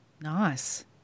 Nice